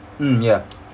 mm ya